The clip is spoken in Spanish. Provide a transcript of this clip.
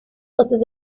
costas